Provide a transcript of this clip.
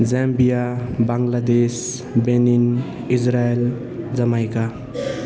Zambia Bangladesh Benin Israel Jamaica